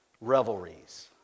revelries